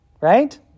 right